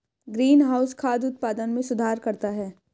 greenhouse खाद्य उत्पादन में सुधार करता है